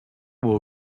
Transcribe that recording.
will